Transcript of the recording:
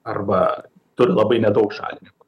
arba turi labai nedaug šalininkų